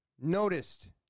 noticed